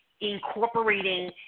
incorporating